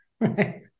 Right